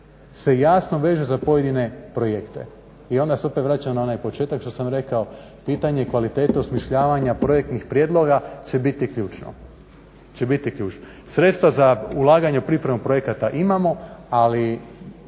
se jasno veže za pojedine projekte. I onda se opet vraćamo na onaj početak što sam rekao, pitanje kvalitete osmišljavanja projektnih prijedloga će biti ključno. Sredstva za ulaganje u pripremu projekata imamo ali